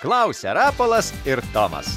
klausia rapolas ir tomas